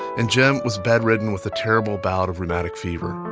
and jim was bedridden with a terrible bout of rheumatic fever.